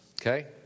Okay